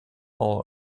all